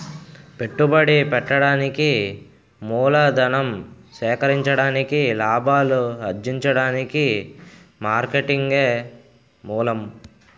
పెట్టుబడి పెట్టడానికి మూలధనం సేకరించడానికి లాభాలు అర్జించడానికి మార్కెటింగే మూలం